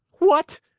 what!